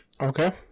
Okay